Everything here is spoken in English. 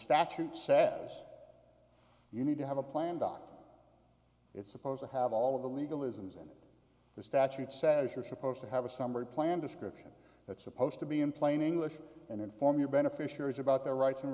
statute says you need to have a plan doctor it's supposed to have all the legalisms and the statute says you're supposed to have a summary plan description that's supposed to be in plain english and inform your beneficiaries about their rights and